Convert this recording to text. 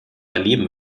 erleben